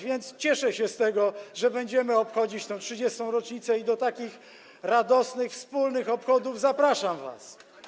Więc cieszę się z tego, że będziemy obchodzić tę 30. rocznicę, i do takich radosnych, wspólnych obchodów zapraszam was.